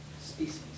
species